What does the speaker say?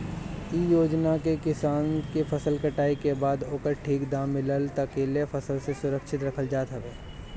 इ योजना से किसान के फसल कटाई के बाद ओकर ठीक दाम मिलला तकले फसल के सुरक्षित रखल जात हवे